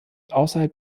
außerhalb